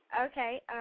Okay